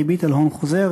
ריבית על הון חוזר,